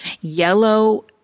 Yellow